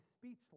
speechless